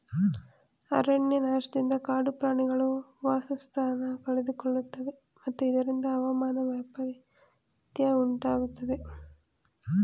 ಅರಣ್ಯನಾಶದಿಂದ ಕಾಡು ಪ್ರಾಣಿಗಳು ವಾಸಸ್ಥಾನ ಕಳೆದುಕೊಳ್ಳುತ್ತವೆ ಮತ್ತು ಇದರಿಂದ ಹವಾಮಾನ ವೈಪರಿತ್ಯ ಉಂಟಾಗುತ್ತದೆ